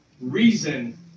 reason